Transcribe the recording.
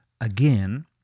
again